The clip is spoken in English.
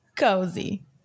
cozy